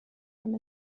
from